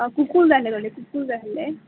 कुकूल जाय कडे कुकूल जाय आसलें